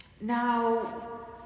Now